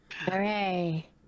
Hooray